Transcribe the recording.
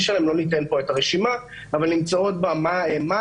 שלהן ולא ניתן פה את הרשימה אבל נמצאות בה מלטה,